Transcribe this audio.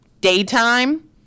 daytime